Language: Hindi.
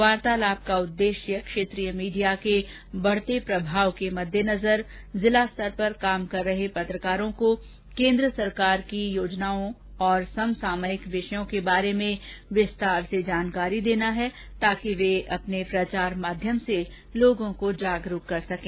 वार्तालाप का उद्देश्य क्षेत्रीय मीडिया के बढ़ते प्रभाव के मद्देनजर जिला स्तर पर कार्य कर रहे पत्रकारों को केन्द्र सरकार की योजनाओं और सम सामयिक विषयों के बारे में विस्तृत जानकारी देना है ताकि वे अपने प्रचार माध्यम से लोगों को जागरूकता कर सकें